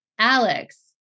Alex